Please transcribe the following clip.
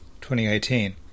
2018